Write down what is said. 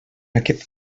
aquest